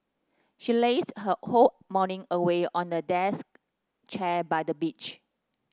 she lazed her whole morning away on a desk chair by the beach